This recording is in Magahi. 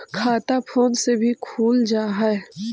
खाता फोन से भी खुल जाहै?